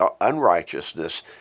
unrighteousness